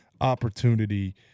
opportunity